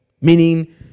meaning